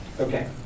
okay